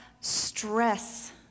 stress